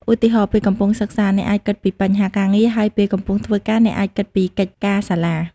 ឧទាហរណ៍ ពេលកំពុងសិក្សា អ្នកអាចគិតពីបញ្ហាការងារ ហើយពេលកំពុងធ្វើការ អ្នកអាចគិតពីកិច្ចការសាលា។